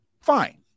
fine